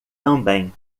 também